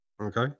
okay